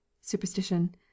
Superstition